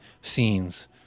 scenes